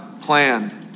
plan